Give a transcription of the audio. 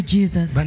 Jesus